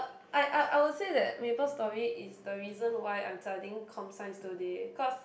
I I I would say that Maple Story is the reason why I'm studying com science today cause